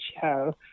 show